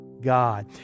God